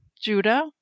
Judah